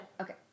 Okay